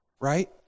right